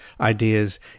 Ideas